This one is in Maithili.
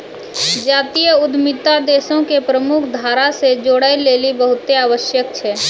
जातीय उद्यमिता देशो के मुख्य धारा से जोड़ै लेली बहुते आवश्यक छै